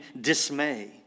dismay